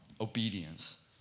obedience